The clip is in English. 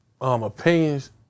opinions